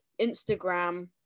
Instagram